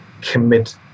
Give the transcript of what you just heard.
commit